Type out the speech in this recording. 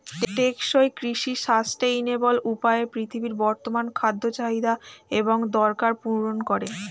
টেকসই কৃষি সাস্টেইনেবল উপায়ে পৃথিবীর বর্তমান খাদ্য চাহিদা এবং দরকার পূরণ করে